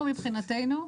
אנחנו מבחינתנו,